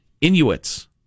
Inuits